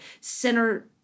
center